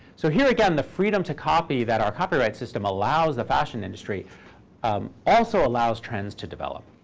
so here again, the freedom to copy that our copyright system allows the fashion industry also allows trends to develop.